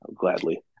gladly